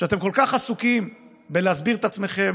שאתם כל כך עסוקים בלהסביר את עצמכם,